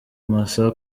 masa